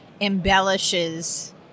embellishes